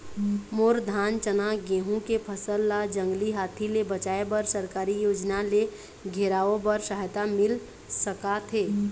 मोर धान चना गेहूं के फसल ला जंगली हाथी ले बचाए बर सरकारी योजना ले घेराओ बर सहायता मिल सका थे?